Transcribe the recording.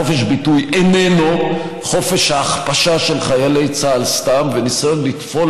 חופש ביטוי איננו חופש ההכפשה של חיילי צה"ל סתם וניסיון לטפול